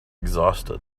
exhausted